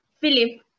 Philip